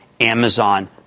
Amazon